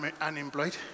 Unemployed